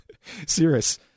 Serious